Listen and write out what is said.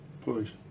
Please